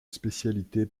spécialité